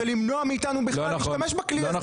אתם רוצים למנוע מאיתנו בכלל להשתמש בכלי הזה.